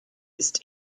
ist